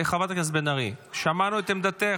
חברת הכנסת בן ארי, שמענו את עמדתך.